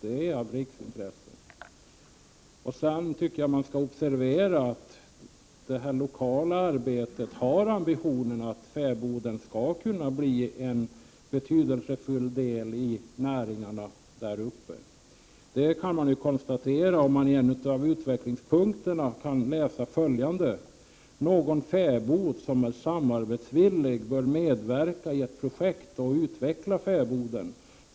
Det bör observeras att ambitionen i det lokala arbetet är att fäboden skall kunna bli en betydelsefull del av näringarna där uppe. Det kan man konstatera när man i en av utvecklingspunkterna läser följande: Någon fäbod som är samarbetsvillig bör medverka i ett projekt och utveckla fäboden.